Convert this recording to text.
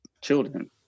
children